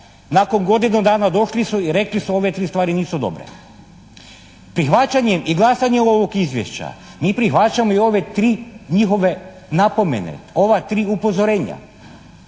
Nakon godinu dana došli su i rekli su ove tri stvari nisu dobre. Prihvaćanje i glasanje ovog Izvješća mi prihvaćamo i ove tri njihove napomene, ova tri upozorenja